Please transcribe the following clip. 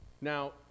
now